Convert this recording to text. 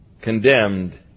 condemned